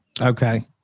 Okay